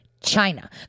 China